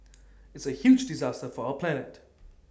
it's A huge disaster for our planet